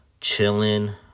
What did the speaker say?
chilling